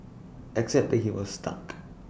except that he was stuck